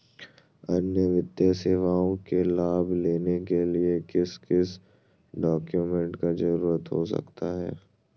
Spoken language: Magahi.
अन्य वित्तीय सेवाओं के लाभ लेने के लिए किस किस डॉक्यूमेंट का जरूरत हो सकता है?